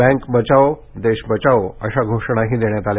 bank बचाओदेश बचाओ अशा घोषणाही देण्यात आल्या